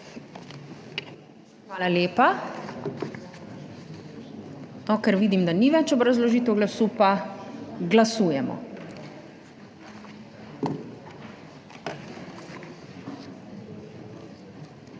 Hvala lepa. Ker vidim, da ni več obrazložitev glasu, pa glasujemo. Glasujemo.